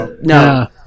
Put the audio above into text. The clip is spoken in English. No